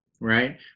right